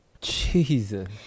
Jesus